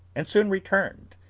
and soon returned,